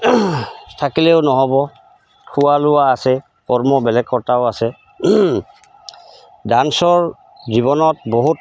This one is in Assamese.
থাকিলেও নহ'ব খোৱা লোৱা আছে কৰ্ম বেলেগ কৰ্তাও আছে ডান্সৰ জীৱনত বহুত